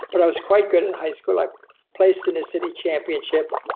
but i was quite good in high school. i placed in the city championship,